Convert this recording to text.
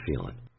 feeling